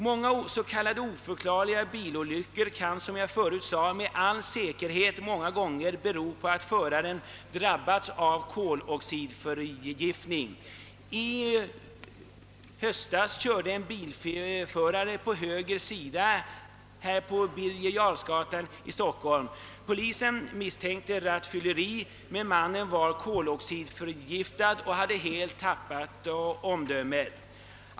Många s.k. oförklarliga bilolyckor beror med säkerhet på att föraren drabbats av koloxidförgiftning. I höstas körde en bilförare på höger sida på Birger Jarlsgatan här i Stockholm. Polisen misstänkte rattfylleri, men mannen var koloxidförgiftad och hade helt tappat omdömet.